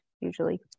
Usually